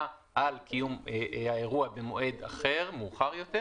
על קיום האירוע במועד אחר מאוחר יותר,